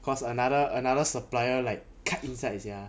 cause another another supplier like cut inside sia